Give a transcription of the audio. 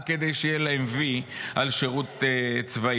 רק כדי שיהיה להם "וי" על שירות צבאי.